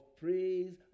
praise